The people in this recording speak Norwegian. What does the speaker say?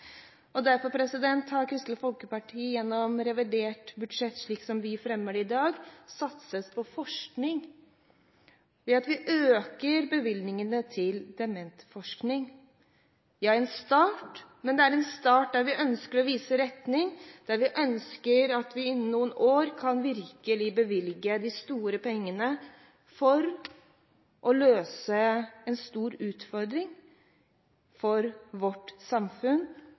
har Kristelig Folkeparti gjennom revidert budsjett, slik som vi fremmer det i dag, satset på forskning, ved at vi øker bevilgningene til demensforskning. Det er en start, men det er en start der vi ønsker å vise en retning, for vi ønsker at vi innen noen år virkelig kan bevilge de store pengene for å løse en stor utfordring for vårt samfunn,